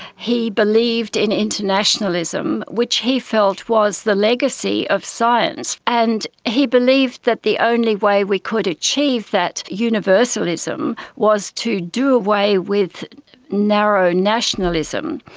he believed in internationalism, which he felt was the legacy of science, and he believed that the only way we could achieve that universalism was to do away with narrow nationalism,